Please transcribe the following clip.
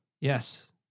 Yes